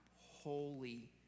holy